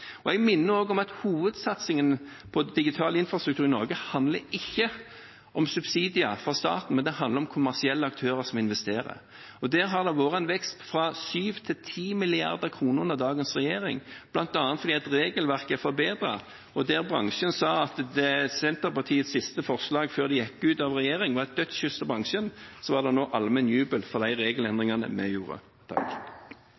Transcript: o.l. Jeg minner også om at hovedsatsingen på digital infrastruktur i Norge ikke handler om subsidier fra staten, men om kommersielle aktører som investerer. Der har det vært en vekst fra 7 mrd. kr til 10 mrd. kr med dagens regjering, bl.a. fordi regelverket er forbedret. Der bransjen sa at Senterpartiets siste forslag før de gikk ut av regjering, var et dødskyss for bransjen, var det nå allmenn jubel for de